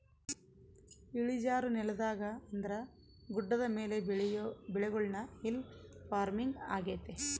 ಇಳಿಜಾರು ನೆಲದಾಗ ಅಂದ್ರ ಗುಡ್ಡದ ಮೇಲೆ ಬೆಳಿಯೊ ಬೆಳೆಗುಳ್ನ ಹಿಲ್ ಪಾರ್ಮಿಂಗ್ ಆಗ್ಯತೆ